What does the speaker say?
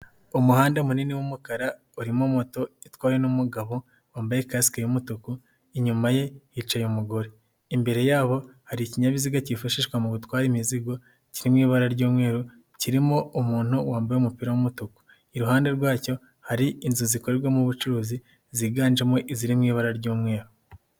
Umuhanda munini w'umukara urimo moto itwawe n'umugabo wambaye kasike y'umutuku inyuma ye hicaye umugore. Imbere yabo hari ikinyabiziga cyifashishwa mu gutwara imizigo kiri mu ibara ry'umweru kirimo umuntu wambaye umupira w'umutuku. Iruhande rwacyo hari inzu zikorerwamo ubucuruzi ziganjemo iziri mu ibara ry'umweru.